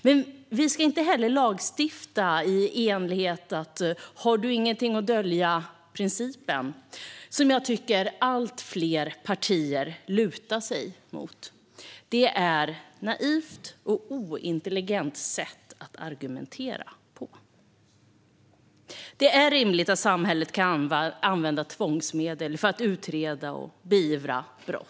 Men vi ska inte heller lagstifta enligt har-du-ingenting-att-dölja-principen, som jag tycker att allt fler partier lutar sig mot. Det är ett naivt och ointelligent sätt att argumentera på. Det är rimligt att samhällen kan använda tvångsmedel för att utreda och beivra brott.